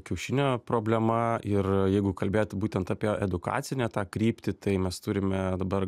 kiaušinio problema ir jeigu kalbėti būtent apie edukacinę tą kryptį tai mes turime dabar